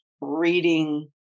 reading